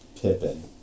Pippin